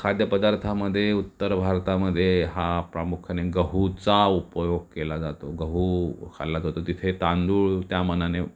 खाद्यपदार्थामध्ये उत्तर भारतामध्ये हा प्रामुख्याने गहूचा उपयोग केला जातो गहू खाल्ला जातो तिथे तांदूळ त्या मानाने